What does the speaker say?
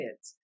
kids